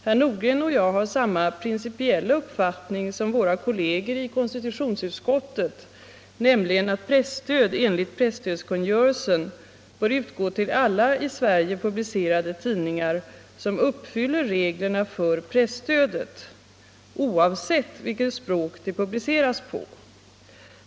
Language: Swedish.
Herr Nordgren och jag har samma principiella uppfattning som våra kolleger i konstitutionsutskottet, nämligen att presstöd enligt presstödskungörelsen bör utgå till alla i Sverige publicerade tidningar som uppfyller reglerna för presstödet, oavsett vilket språk de publiceras på.